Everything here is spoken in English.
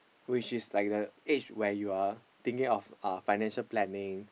which is like the age where you are thinking of uh financial planning